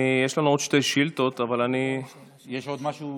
יש לנו עוד שתי שאילתות, אבל אני, יש עוד משהו